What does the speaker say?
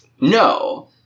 No